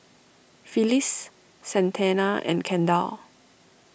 Phyllis Santana and Kendall